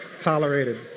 tolerated